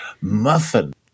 muffin